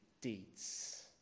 deeds